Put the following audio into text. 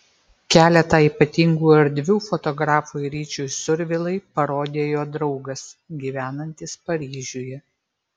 keletą ypatingų erdvių fotografui ryčiui survilai parodė jo draugas gyvenantis paryžiuje